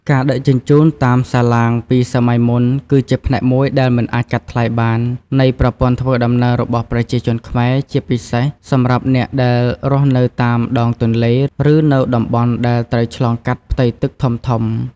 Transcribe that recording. ការដឹកជញ្ជូនតាមសាឡាងពីសម័យមុនគឺជាផ្នែកមួយដែលមិនអាចកាត់ថ្លៃបាននៃប្រព័ន្ធធ្វើដំណើររបស់ប្រជាជនខ្មែរ ជាពិសេសសម្រាប់អ្នកដែលរស់នៅតាមដងទន្លេ ឬនៅតំបន់ដែលត្រូវឆ្លងកាត់ផ្ទៃទឹកធំៗ។